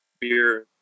beer